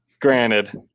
Granted